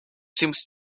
seemed